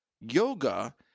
Yoga